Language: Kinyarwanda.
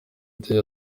day